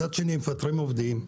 מצד שני מפטרים עובדים.